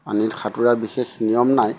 পানীত সাঁতোৰা বিশেষ নিয়ম নাই